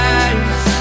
eyes